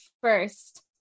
first